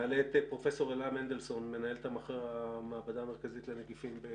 פרופ' אלה מנדלסון, מנהלת המעבדה המרכזית לנגיפים.